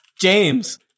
James